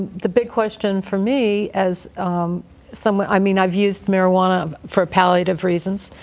the big question for me, as someone i mean, i've used marijuana um for palliative reasons,